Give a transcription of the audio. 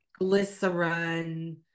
glycerin